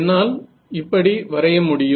என்னால் இப்படி வரைய முடியும்